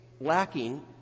lacking